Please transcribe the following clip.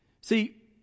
See